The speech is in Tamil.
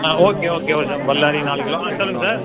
ஆ ஓகே ஓகே ஓகே பல்லாரி நாலு கிலோ ஆ சொல்லுங்கள் சார்